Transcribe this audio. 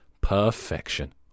Perfection